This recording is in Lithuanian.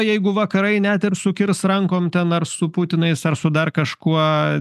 jeigu vakarai net ten sukirs rankom ten ar su putinais ar su dar kažkuo